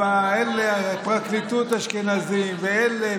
הפרקליטות אשכנזים ואלה,